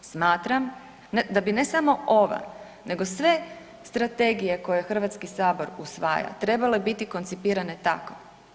Smatram da bi ne samo ova nego sve strategije koje Hrvatski sabor usvaja trebale biti koncipirane tako.